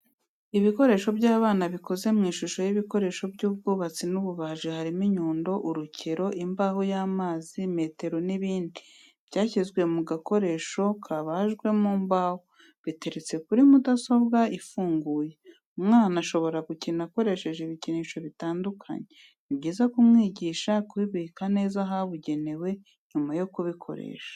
Ibikinisho by'abana bikoze mu ishusho y'ibikoresho by'ubwubatsi n'ububaji harimo inyundo, urukero, imbaho y'amazi, metero n'ibindi, byashyizwe mu gakoresho kabajwe mu mbaho. Biteretse kuri mudasobwa ifunguye. Umwana ashobora gukina akoresheje ibikinisho bitandukanye, ni byiza kumwigisha kubibika neza ahabugenewe nyuma yo kubikoresha.